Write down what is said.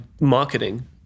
marketing